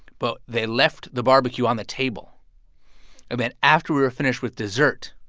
but they left the barbecue on the table um and after we were finished with dessert,